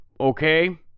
okay